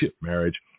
marriage